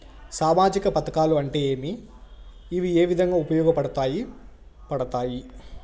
సామాజిక పథకాలు అంటే ఏమి? ఇవి ఏ విధంగా ఉపయోగపడతాయి పడతాయి?